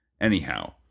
Anyhow